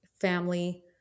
family